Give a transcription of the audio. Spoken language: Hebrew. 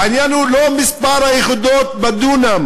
העניין הוא לא מספר היחידות בדונם